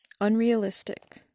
Unrealistic